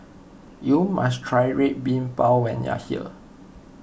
you must try Red Bean Bao when you are here